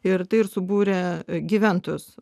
ir tai ir subūrė gyventojus